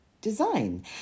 design